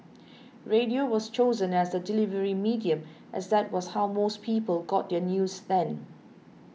radio was chosen as the delivery medium as that was how most people got their news then